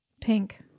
Pink